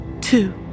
Two